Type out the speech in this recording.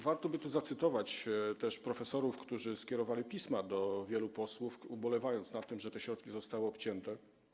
Warto też zacytować profesorów, którzy skierowali pisma do wielu posłów, ubolewając nad tym, że te środki zostały obcięte.